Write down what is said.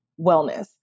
wellness